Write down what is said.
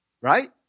right